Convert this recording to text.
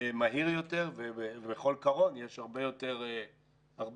מהיר יותר ובכל קרון יש הרבה יותר נוסעים.